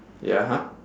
ya (huh)